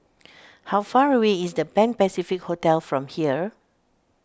how far away is the Pan Pacific Hotel from here